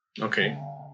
Okay